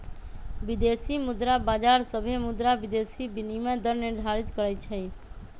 विदेशी मुद्रा बाजार सभे मुद्रा विदेशी विनिमय दर निर्धारित करई छई